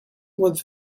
what